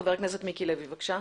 חבר הכנסת מיקי לוי, בבקשה.